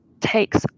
takes